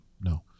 no